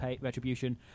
retribution